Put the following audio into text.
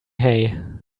hay